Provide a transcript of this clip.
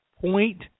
Point